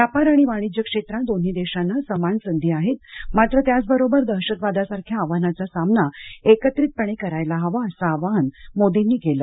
व्यापार आणि वाणिज्य क्षेत्रात दोन्ही देशांना समान संधी आहेत मात्र त्याच बरोबर दहशतवादासारख्या आव्हानाचा सामना एकत्रितपणे करायला हवा असं आवाहन मोदींनी केलं